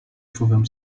wpływem